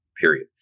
period